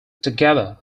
together